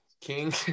King